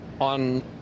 on